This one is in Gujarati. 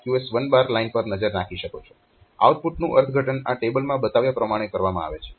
તો તમે આ QS0 અને QS1 લાઇન પર નજર રાખી શકો છો આઉટપુટનું અર્થઘટન આ ટેબલમાં બતાવ્યા પ્રમાણે કરવામાં આવે છે